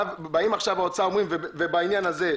באים האוצר ובצדק אומרים בעניין הזה,